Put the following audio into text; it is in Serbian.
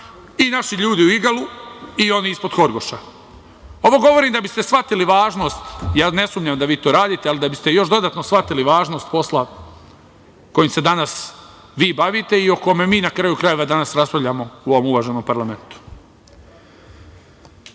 i naši ljudi u Igalu i ovi ispod Horgoša. Ovo govorim da biste shvatili važnost, ja ne sumnjam da vi to radite, ali da biste još dodatno shvatili važnost posla kojim se danas vi bavite i o kome mi na kraju krajeva danas raspravljamo u ovom uvaženom parlamentu. Na